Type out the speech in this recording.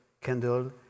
candle